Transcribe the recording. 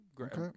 Okay